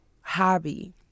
hobby